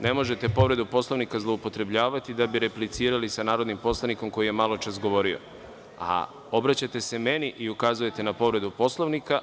Ne možete povredu Poslovnika zloupotrebljavati da bi replicirali sa narodnim poslanikom koji je maločas govorio, a obraćate se meni i ukazujete na povredu Poslovnika.